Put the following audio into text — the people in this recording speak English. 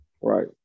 right